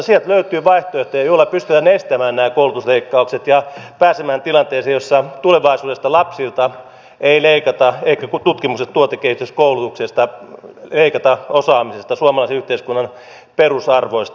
sieltä löytyy vaihtoehtoja joilla pystytään estämään nämä koulutusleikkaukset ja pääsemään tilanteeseen jossa tulevaisuudessa lapsilta ei leikata eikä tutkimus ja tuotekehityskoulutuksesta leikata osaamisesta suomalaisen yhteiskunnan perusarvoista